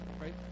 right